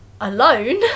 alone